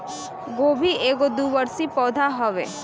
गोभी एगो द्विवर्षी पौधा हवे